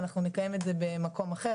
אנחנו נקיים את זה במקום אחר.